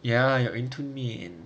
ya your 云吞面